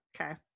okay